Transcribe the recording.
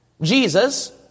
Jesus